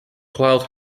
cloud